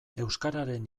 euskararen